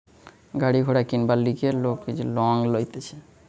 গাড়ি ঘোড়া কিনবার লিগে লোক যে লং লইতেছে